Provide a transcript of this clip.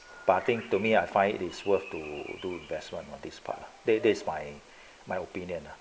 parting to me I find it is worth to do best one of this part they that is my my opinion lah